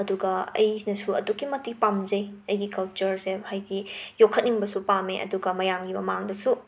ꯑꯗꯨꯒ ꯑꯩꯁꯤꯅꯁꯨ ꯑꯗꯨꯛꯀꯤ ꯃꯇꯤꯛ ꯄꯥꯝꯖꯩ ꯑꯩꯒꯤ ꯀꯜꯆꯔꯁꯦ ꯍꯥꯏꯗꯤ ꯌꯣꯈꯠꯅꯤꯡꯕꯁꯨ ꯄꯥꯝꯃꯤ ꯑꯗꯨꯒ ꯃꯌꯥꯝꯒꯤ ꯃꯃꯥꯡꯗꯁꯨ